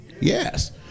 yes